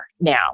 now